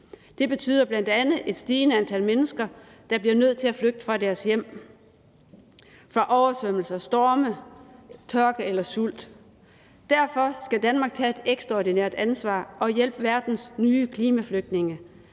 Det betyder bl.a. et stigende antal mennesker, der bliver nødt til at flygte fra deres hjem – fra oversvømmelser, storme, tørke eller sult. Derfor skal Danmark tage et ekstraordinært ansvar og hjælpe verdens nye klimaflygtninge,